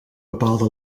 bepaalde